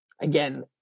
again